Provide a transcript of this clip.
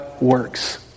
works